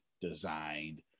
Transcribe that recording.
designed